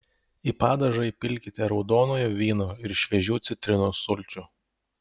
į padažą įpilkite raudonojo vyno ir šviežių citrinos sulčių